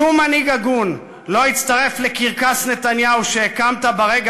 שום מנהיג הגון לא יצטרף לקרקס נתניהו שהקמת ברגע